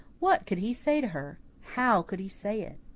what could he say to her? how could he say it?